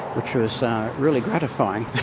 which was really gratifying.